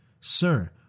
Sir